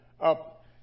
up